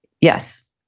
Yes